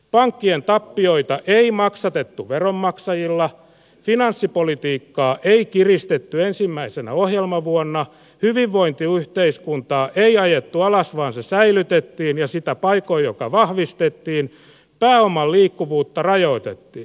pankkien tappioita ei maksatettu veronmaksajilla finanssipolitiikkaa ei kiristetty ensimmäisenä ohjelmavuonna hyvinvointiyhteiskuntaa ei ajettu alas vaan se säilytettiin ja sitä paikoin jopa vahvistettiin pääoman liikkuvuutta rajoitettiin